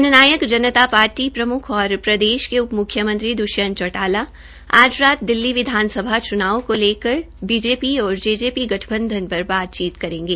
जन नायक जनता पार्टी के प्रम्ख और प्रदेश के उप म्ख्यमंत्री द्वष्यंत चौटाला आज रात दिलली विधानसभा चुनावों को लेकर बीजेपी और जेजेपी गठबंधन पर बात करेंगे